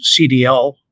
CDL